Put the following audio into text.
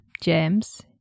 James